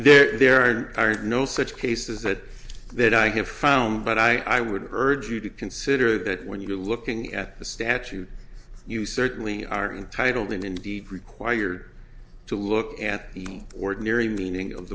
there are no such cases that that i have found but i would urge you to consider that when you're looking at the statute you certainly aren't titled and indeed required to look at the ordinary meaning of